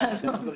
גפני, תירגע.